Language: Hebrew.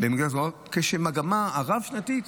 והמגמה הרב-שנתית,